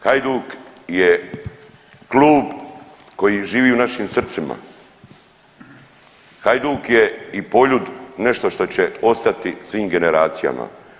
Hajduk je klub koji živi u našim srcima, Hajduk je i Poljud nešto što će ostati svim generacijama.